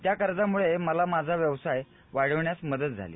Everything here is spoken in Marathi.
त्या कर्जाद्वारे मला माझा व्यवसाय वाढविण्यास मदत झाली